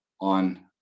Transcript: on